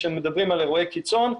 כשמדברים על אירועי קיצון,